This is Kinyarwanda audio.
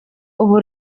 ubu